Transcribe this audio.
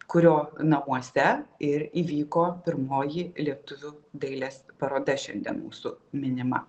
kurio namuose ir įvyko pirmoji lietuvių dailės paroda šiandien mūsų minima